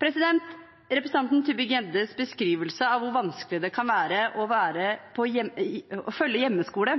Representanten Mathilde Tybring-Gjeddes beskrivelse av hvor vanskelig det kan være å